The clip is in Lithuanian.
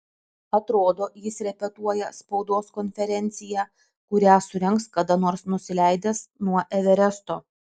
atrodo jis repetuoja spaudos konferenciją kurią surengs kada nors nusileidęs nuo everesto